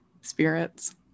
spirits